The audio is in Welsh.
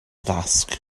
dasg